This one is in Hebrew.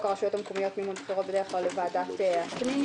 הרשויות המקומיות (מימון בחירות) בדרך כלל לוועדת הפנים,